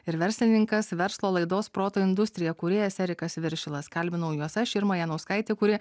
ir verslininkas verslo laidos proto industrija kūrėjas erikas viršilas kalbinau juos aš irma janauskaitė kuri